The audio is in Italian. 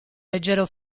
leggero